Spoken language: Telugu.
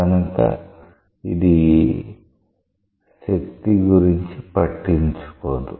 కనుక ఇది శక్తి గురించి పట్టించుకోదు